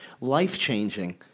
life-changing